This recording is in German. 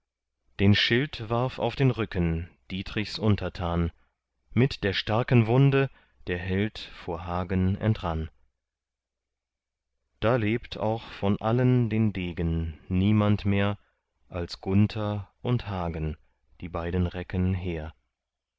den schild warf auf den rücken dietrichs untertan mit der starken wunde der held vor hagen entrann da lebt auch von allen den degen niemand mehr als gunther und hagen die beiden recken hehr